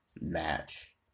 match